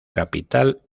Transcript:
capital